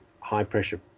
high-pressure